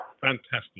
Fantastic